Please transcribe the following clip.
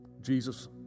Jesus